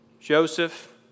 Joseph